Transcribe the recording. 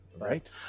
right